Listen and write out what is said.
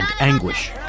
anguish